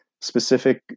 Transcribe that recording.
specific